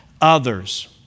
others